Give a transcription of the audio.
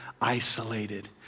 isolated